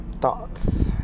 thoughts